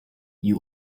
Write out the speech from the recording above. you